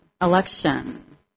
election